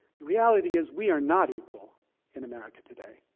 reality is we are not equal in america today.